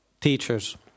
teachers